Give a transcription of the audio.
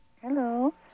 Hello